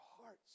hearts